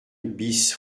bis